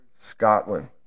Scotland